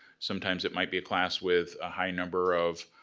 sometimes it might be a class with a high number of